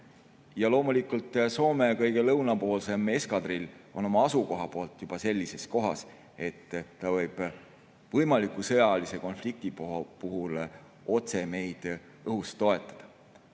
Loomulikult, Soome kõige lõunapoolsem eskadrill on juba oma asukoha poolest sellises kohas, et ta võib võimaliku sõjalise konflikti puhul otse meid õhust toetada.